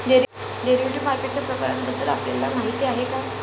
Derivative मार्केटच्या प्रकारांबद्दल आपल्याला माहिती आहे का?